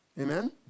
Amen